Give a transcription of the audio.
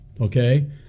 okay